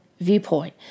viewpoint